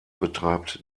betreibt